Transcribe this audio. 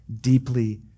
deeply